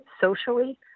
socially